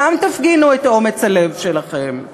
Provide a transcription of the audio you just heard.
שם תפגינו את אומץ הלב שלכם.